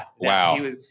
Wow